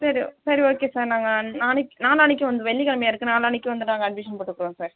சரி சரி okay sir நாங்கள் நாளைக்கு நாளான்னைக்கு வந்து வெள்ளிக் கிழமையா இருக்கு நாளான்னைக்கு வந்து நாங்கள் அட்மிஷன் போட்டுக்குறோம் சார்